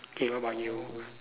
okay what about you